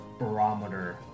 barometer